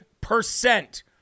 percent